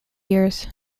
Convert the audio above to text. years